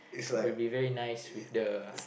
it'll be very nice with the